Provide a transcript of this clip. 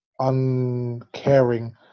uncaring